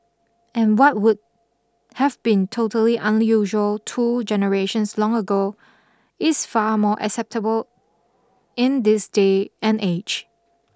and what would have been totally unusual two generations long ago is far more acceptable in this day and age